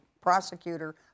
prosecutor